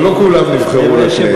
אבל לא כולם נבחרו לכנסת.